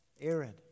arid